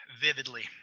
Vividly